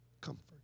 comfort